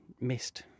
missed